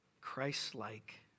Christ-like